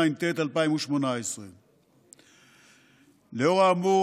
התשע"ט 2018. לאור האמור,